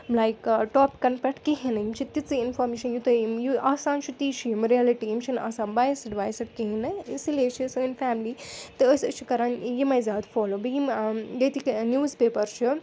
like ٹاپکَن پٮ۪ٹھ کِہیٖنۍ نہٕ یِم چھِ تِژھٕے اِنفارمیشَن یوٗتاہ یِم یہِ آسان چھُ تی چھُ یِم رِیلٹی یِم چھِنہٕ آسان بایسٕڈ وَیسٕڈ کِہیٖنۍ نہٕ اِسی لیے چھِ سٲنۍ فیملی تہٕ أسۍ أسۍ چھِ کران یِمے زیادٕ فالو بیٚیہِ یِم ییٚتِکۍ نِوٕز پیٚپر چھِ